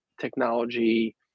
technology